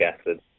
acid